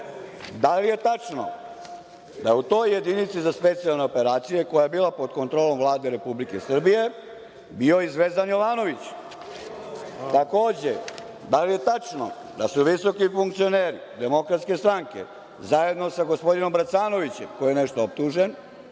Da li je tačno da je u toj jedinici za specijalne operacije koja je bila pod kontrolom Vlade Republike Srbije bio i Zvezdan Jovanović? Takođe, da li je tačno da su visoki funkcioneri DS, zajedno sa gospodinom Bracanovićem, koji je za nešto optužen,